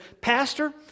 Pastor